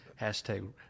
hashtag